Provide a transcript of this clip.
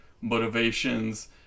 Motivations